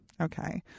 okay